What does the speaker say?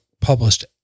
published